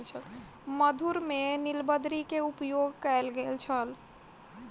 मधुर में नीलबदरी के उपयोग कयल गेल छल